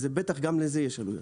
ובטח גם לזה יש עלויות.